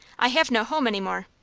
i have no home any more.